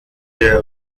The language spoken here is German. der